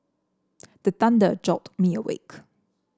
the thunder jolt me awake